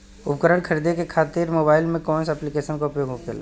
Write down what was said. उपकरण खरीदे खाते मोबाइल में कौन ऐप्लिकेशन का उपयोग होखेला?